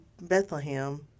Bethlehem